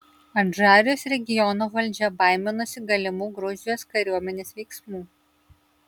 adžarijos regiono valdžia baiminosi galimų gruzijos kariuomenės veiksmų